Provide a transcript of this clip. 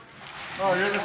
4419,